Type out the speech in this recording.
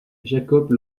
jakob